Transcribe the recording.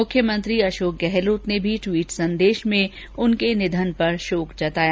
मुख्यमंत्री अशोक गहलोत ने भी ट्वीट संदेश में उनके निधन पर शोक जताया